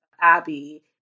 Abby